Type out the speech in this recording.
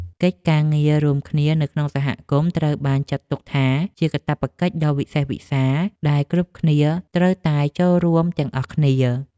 កិច្ចការងាររួមនៅក្នុងសហគមន៍ត្រូវបានចាត់ទុកថា ជាកាតព្វកិច្ចដ៏វិសេសវិសាលដែលគ្រប់គ្នាត្រូវតែចូលរួមទាំងអស់គ្នា។